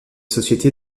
sociétés